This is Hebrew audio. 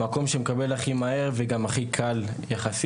זה המקום שמקבל הכי מהר, וגם הכי קל יחסית.